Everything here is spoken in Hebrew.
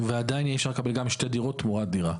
ועדיין, אי אפשר לקבל שתי דירות תמורת דירה.